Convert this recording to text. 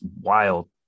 wild